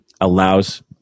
allows